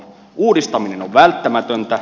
uudistaminen on välttämätöntä